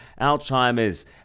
alzheimer's